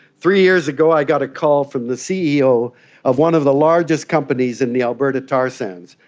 three years ago i got a call from the ceo of one of the largest companies in the alberta tar sands.